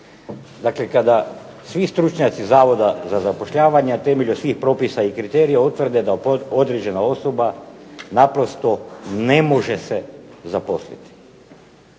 Dakle, kada svi stručnjaci Zavoda za zapošljavanje na temelju svih propisa i kriterija utvrde da određena osoba naprosto ne može se zaposliti.